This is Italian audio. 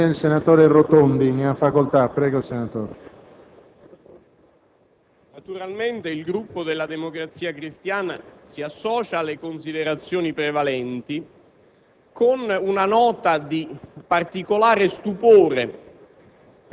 naturalmente il Gruppo della Democrazia Cristiana si associa alle considerazioni prevalenti,